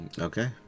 Okay